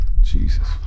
Jesus